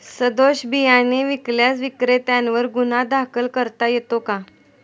सदोष बियाणे विकल्यास विक्रेत्यांवर गुन्हा दाखल करता येतो का?